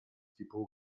depot